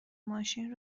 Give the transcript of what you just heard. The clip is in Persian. ماشین